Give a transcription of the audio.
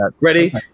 ready